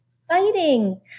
exciting